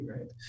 right